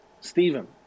Stephen